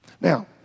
Now